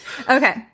Okay